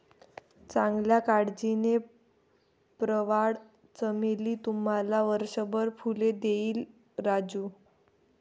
चांगल्या काळजीने, प्रवाळ चमेली तुम्हाला वर्षभर फुले देईल राजू